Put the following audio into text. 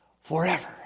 forever